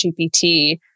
GPT